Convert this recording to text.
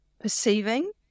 perceiving